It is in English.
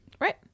right